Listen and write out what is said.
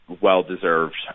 well-deserved